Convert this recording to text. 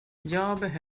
behöver